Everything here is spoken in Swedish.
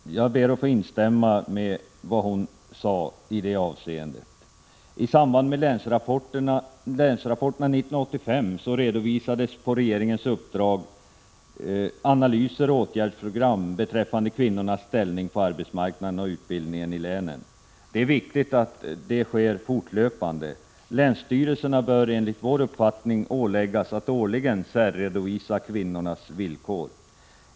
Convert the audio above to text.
Jag ber att få instämma i det som hon sade i detta avseende. I samband med länsrapporterna 1985 redovisades på regeringens uppdrag analyser och åtgärdsprogram beträffande kvinnornas ställning på arbetsmarknaden och utbildningen i länen. Det är viktigt att detta sker fortlöpande. Länsstyrelserna bör enligt vår uppfattning åläggas att årligen särredovisa kvinnornas villkor.